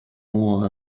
wall